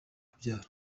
kubyara